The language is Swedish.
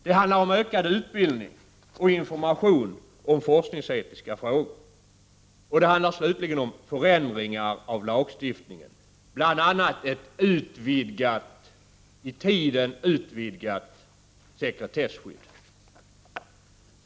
Det handlar vidare om ökad utbildning och information om forskningsetiska frågor, och slutligen handlar det om förändringar av lagstiftningen — bl.a. ett i tiden utvidgat sekretesskydd.